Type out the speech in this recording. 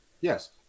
Yes